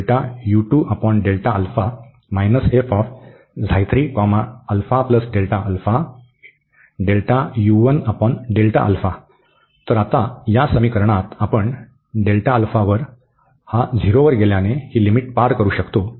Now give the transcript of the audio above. तर आता या समीकरणात आपण हा 0 वर गेल्याने ही लिमिट पार करू शकतो